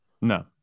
No